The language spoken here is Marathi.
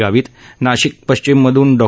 गावित नाशिक पश्चिम मधून डॉ